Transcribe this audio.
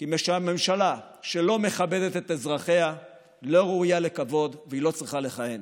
כי הממשלה שלא מכבדת את אזרחיה לא ראויה לכבוד והיא לא צריכה לכהן.